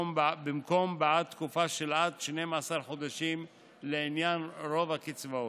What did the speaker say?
במקום בעד תקופה של עד 12 חודשים לעניין רוב הקצבאות.